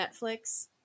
Netflix